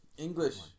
English